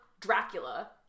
Dracula